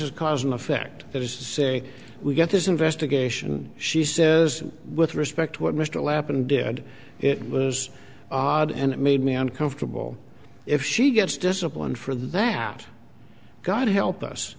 is cause and effect that is to say we get this investigation she says with respect to what mr lap and did it was odd and it made me uncomfortable if she gets disciplined for that god help us